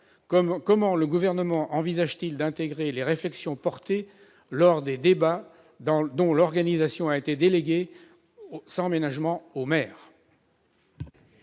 comment le Gouvernement envisage d'y intégrer les réflexions portées lors des débats dont l'organisation a été déléguée, sans ménagement, aux maires.